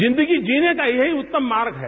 जिंदगी जीने का यहीं उत्तम मार्ग है